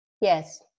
Yes